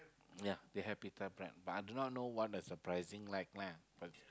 ya they have pita bread but I do not know what is the pricing like lah but